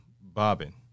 Bobbin